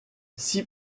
six